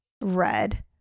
red